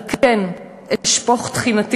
"על כן, אשפוך תחינתי